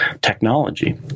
technology